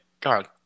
God